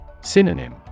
Synonym